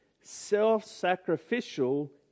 self-sacrificial